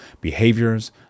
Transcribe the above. behaviors